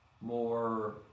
more